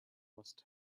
must